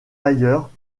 ailleurs